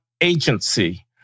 agency